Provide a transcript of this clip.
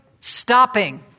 stopping